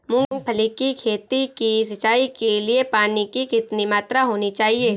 मूंगफली की खेती की सिंचाई के लिए पानी की कितनी मात्रा होनी चाहिए?